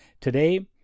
Today